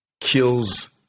kills